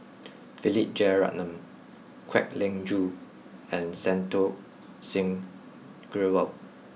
Philip Jeyaretnam Kwek Leng Joo and Santokh Singh Grewal